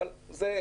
לגבי זה,